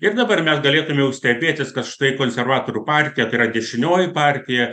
ir dabar mes galėtum jau stebėtis kad štai konservatorių partija tai yra dešinioji partija